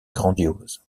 grandiose